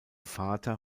vater